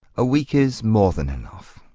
a week is more than enough.